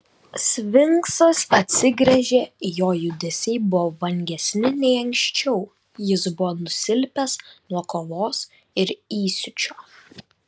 sfinksas atsigręžė jo judesiai buvo vangesni nei anksčiau jis buvo nusilpęs nuo kovos ir įsiūčio